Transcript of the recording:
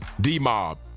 D-Mob